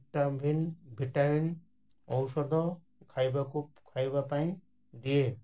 vitamin vitamin ଔଷଧ ଖାଇବାକୁ ଖାଇବା ପାଇଁ ଦିଏ